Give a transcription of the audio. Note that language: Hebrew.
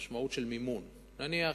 משמעות של מימון, ואתן לך דוגמה: נניח